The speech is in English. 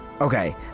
Okay